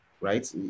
right